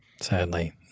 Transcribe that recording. sadly